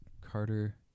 Carter